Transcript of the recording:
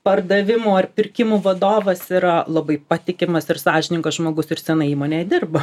pardavimų ar pirkimų vadovas yra labai patikimas ir sąžiningas žmogus ir senai įmonėje dirba